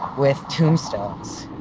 with tombstones